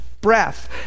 breath